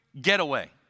getaway